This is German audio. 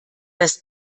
das